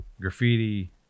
graffiti